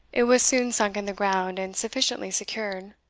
it was soon sunk in the ground, and sufficiently secured.